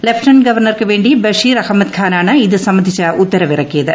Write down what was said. lieutenant ഗവർണർക്ക് വേണ്ടി ബഷീർ അഹമ്മദ് ഖാനാണ് ഇത് സംബന്ധിച്ചു ഉത്തരവിറക്കിയത്